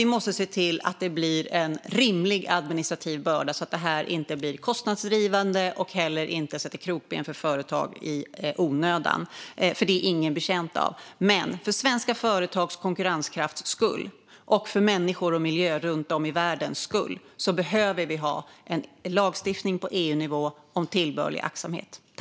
Vi måste också se till att det blir en rimlig administrativ börda så att det här inte blir kostnadsdrivande och heller inte sätter krokben för företag i onödan, för det är ingen betjänt av. Men för svenska företags konkurrenskrafts skull och för människor och miljö runt om i världen behöver vi ha en lagstiftning på EU-nivå om tillbörlig aktsamhet.